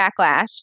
backlash